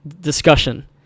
discussion